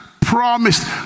promised